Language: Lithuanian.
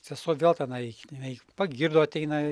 sesuo vėl tenai jinai pagirdo ateina